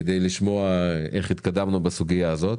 כדי לשמוע איך התקדמנו בסוגיה הזאת.